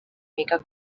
mica